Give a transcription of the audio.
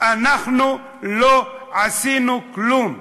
אנחנו לא עשינו כלום.